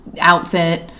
outfit